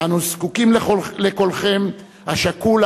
אנו זקוקים לקולכם השקול,